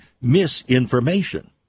misinformation